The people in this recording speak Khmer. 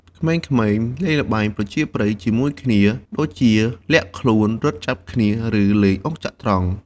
ក្មេងៗលេងល្បែងប្រជាប្រិយជាមួយគ្នា ដូចជាលាក់ខ្លួន រត់ចាប់គ្នា ឬលេងអុកចត្រង្គ។